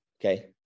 Okay